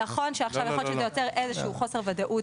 נכון שעכשיו זה יוצר איזה שהוא חוסר ודאות,